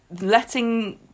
letting